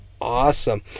awesome